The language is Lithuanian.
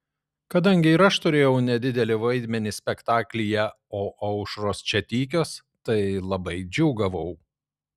kadangi ir aš turėjau nedidelį vaidmenį spektaklyje o aušros čia tykios tai labai džiūgavau